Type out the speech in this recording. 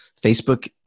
Facebook